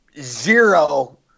zero